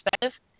perspective